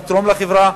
לתרום לחברה,